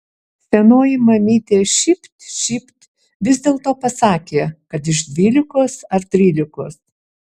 senoji mamytė šypt šypt vis dėlto pasakė kad iš dvylikos ar trylikos